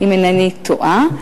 אם אינני טועה,